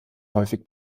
häufig